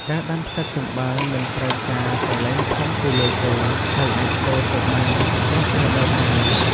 ការដាំផ្សិតចំបើងមិនត្រូវការកន្លែងធំទូលាយទេ ហើយអាចធ្វើទៅបានគ្រប់រដូវកាល។